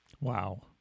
Wow